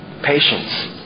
Patience